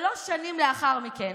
שלוש שנים לאחר מכן,